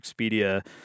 Expedia